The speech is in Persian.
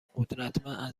قدرتمند